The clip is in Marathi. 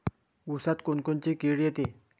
ऊसात कोनकोनची किड येते?